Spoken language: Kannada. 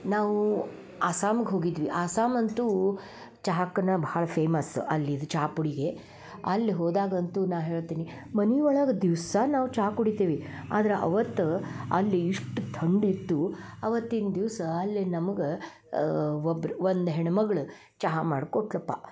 ನಾವು ಆಸಾಮ್ಗ್ ಹೋಗಿದ್ವಿ ಆಸಾಮ್ ಅಂತು ಚಹಾಕ್ಕನ ಭಾಳ ಫೇಮಸ್ ಅಲ್ಲಿದು ಚಾ ಪುಡಿಗೆ ಅಲ್ಲಿ ಹೋದಾಗಂತೂ ನಾ ಹೇಳ್ತೀನಿ ಮನೆ ಒಳಗೆ ದಿವಸ ನಾವು ಚಾ ಕುಡಿತೇವಿ ಆದ್ರೆ ಅವತ್ತು ಅಲ್ಲಿ ಇಷ್ಟು ಥಂಡಿ ಇತ್ತು ಅವತ್ತಿನ ದಿವಸ ಅಲ್ಲೇ ನಮ್ಗೆ ಒಬ್ರು ಒಂದು ಹೆಣ್ಮಗ್ಳು ಚಹಾ ಮಾಡ್ಕೊಟ್ಳಪ್ಪ